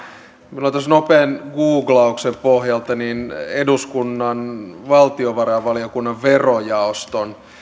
minulla on tässä nopean googlauksen pohjalta eduskunnan valtiovarainvaliokunnan verojaoston